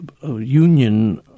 union